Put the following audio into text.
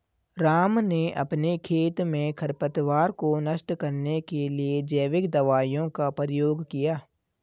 राम ने अपने खेत में खरपतवार को नष्ट करने के लिए जैविक दवाइयों का प्रयोग किया